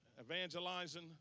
evangelizing